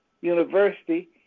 University